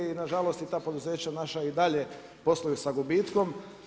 I na žalost i ta poduzeća naša i dalje posluju sa gubitkom.